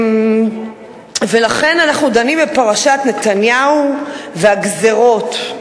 ולכן אנחנו דנים בפרשת נתניהו והגזירות,